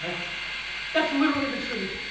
that's literally the truth.